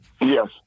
yes